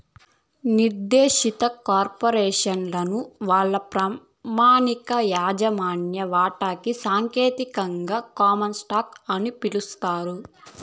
నిర్దేశిత కార్పొరేసను వల్ల ప్రామాణిక యాజమాన్య వాటాని సాంకేతికంగా కామన్ స్టాకు అని పిలుస్తారు